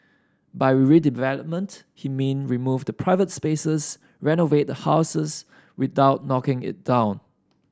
by redevelopment he mean remove the private spaces renovate the houses without knocking it down